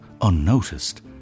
unnoticed